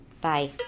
Bye